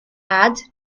ads